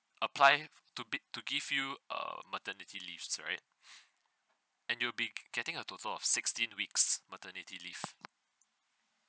apply to bi~ to give you a maternity leaves right and you'll be getting a total of sixteen weeks maternity leave